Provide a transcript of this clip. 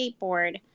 skateboard